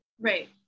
Right